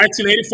1984